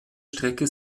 strecke